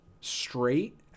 straight